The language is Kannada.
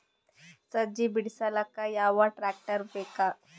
ಸಜ್ಜಿ ಬಿಡಿಸಿಲಕ ಯಾವ ಟ್ರಾಕ್ಟರ್ ಬೇಕ?